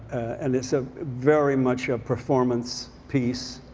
and it's ah very much a performance piece.